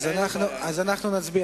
אז אנחנו נצביע.